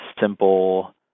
simple